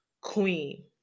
queen